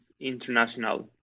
international